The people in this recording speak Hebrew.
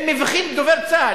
הם מביכים את דובר צה"ל,